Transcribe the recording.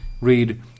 Read